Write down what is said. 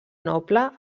noble